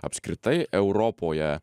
apskritai europoje